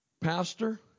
Pastor